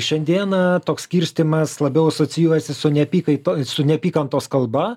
šiandieną toks skirstymas labiau asocijuojasi su neapykaito su neapykantos kalba